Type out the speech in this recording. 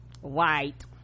White